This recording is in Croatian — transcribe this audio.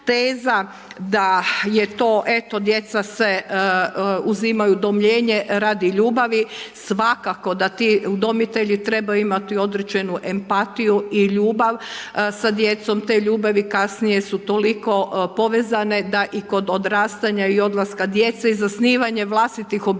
da je to, eto, djeca se uzimaju u udomljenje radi ljubavi, svakako da ti udomitelji trebaju imati određenu empatiju i ljubav sa djecom. Te ljubavi kasnije su toliko povezane da i kod odrastanja i odlaska djece i zasnivanje vlastitih obitelji,